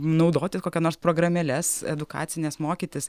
naudoti kokia nors programėles edukacines mokytis